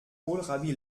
kohlrabi